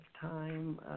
time